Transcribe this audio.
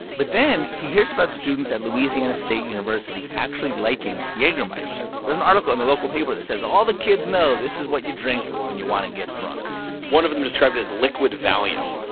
but then he hears about students at louisiana state university actually liking jagermeister. there's an article in the local paper that says all the kids know this is what you drink when you want to get drunk one of them described it as liquid valium.